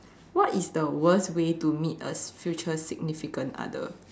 what is the worst way to meet a future significant other